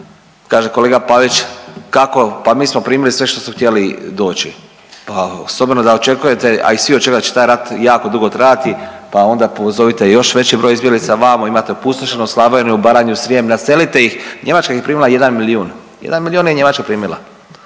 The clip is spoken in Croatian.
kaže kolega Pavić, kako, pa mi smo primili sve što su htjeli doći, pa s obzirom da očekujete, a i svi očekuju da će taj jako dugo trajati, pa onda pozovite još veći broj izbjeglica, vamo imate opustošenu Slavoniju, Baranju, Srijem, naselite ih, Njemačka ih je primila jedan milijun. 1 milijun je Njemačka primila.